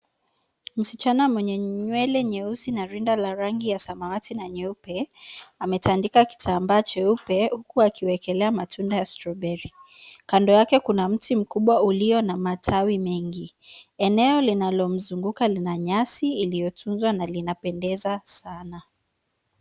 Msichana mwenye nywele nyeusi na rinda la rangi ya samawati na nyeupe ametandika kitambaa cheupe huku akiwekea matunda ya stroberi. Kando yake kuna mti mkubwa ulio na matawi mengi. Eneo linalozunguka lina nyasi iliyotunzwa na linapendeza sana.